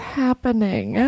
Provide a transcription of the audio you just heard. happening